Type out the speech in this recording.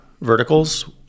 verticals